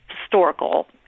historical